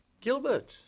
Gilbert